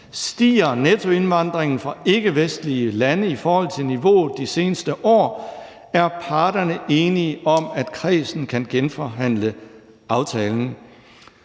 Stiger nettoindvandringen fra ikke-vestlige lande i forhold til niveauet de seneste år, er parterne enige om, at kredsen kan genforhandle aftalen.«